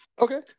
Okay